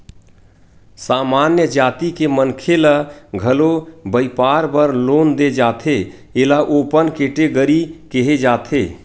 सामान्य जाति के मनखे ल घलो बइपार बर लोन दे जाथे एला ओपन केटेगरी केहे जाथे